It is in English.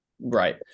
Right